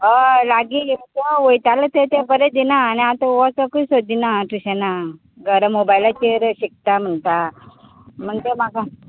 हय लागी तो वयतालो थंय तें बरें दिता आनी आतां तो वोचोंकूय सोदिना टूशनांक घरा मोबायलाचेर शिकता म्हणटा म्हणटा म्हाका